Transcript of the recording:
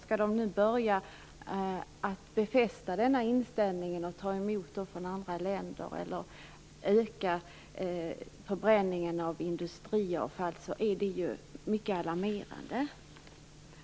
Skall de nu befästa sin inställning genom att ta emot avfall från andra länder eller genom att öka förbränningen av industriavfall är ju detta mycket alarmerande.